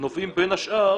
נובעים בין השאר